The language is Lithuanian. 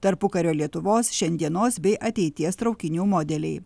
tarpukario lietuvos šiandienos bei ateities traukinių modeliai